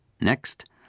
Next